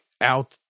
out